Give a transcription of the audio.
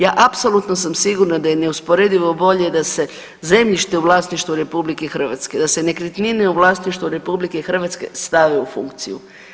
Ja apsolutno sam sigurna da je neusporedivo bolje da se zemljište u vlasništvu RH, da se nekretnine u vlasništvu RH stave u funkciju.